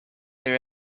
their